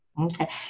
okay